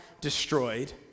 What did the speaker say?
destroyed